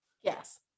Yes